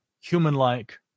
human-like